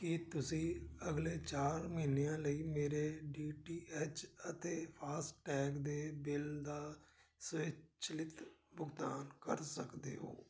ਕੀ ਤੁਸੀਂਂ ਅਗਲੇ ਚਾਰ ਮਹੀਨਿਆਂ ਲਈ ਮੇਰੇ ਡੀ ਟੀ ਐਚ ਅਤੇ ਫਾਸਟੈਗ ਦੇ ਬਿੱਲ ਦਾ ਸਵੈਚਲਿਤ ਭੁਗਤਾਨ ਕਰ ਸਕਦੇ ਹੋ